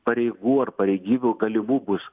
pareigų ar pareigybių galimų bus